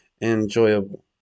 enjoyable